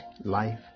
life